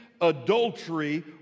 adultery